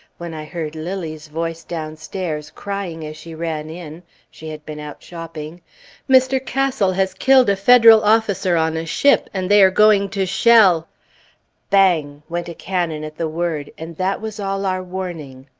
when i heard lilly's voice downstairs, crying as she ran in she had been out shopping mr. castle has killed a federal officer on a ship, and they are going to shell bang! went a cannon at the word, and that was all our warning.